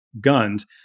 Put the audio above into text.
guns